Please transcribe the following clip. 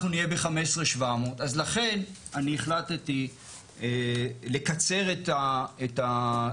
נהיה ב-15,700?' אז לכן אני החלטתי לקצר את הצו